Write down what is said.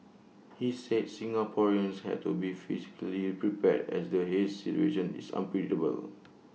he said Singaporeans had to be psychologically prepared as the haze situation is unpredictable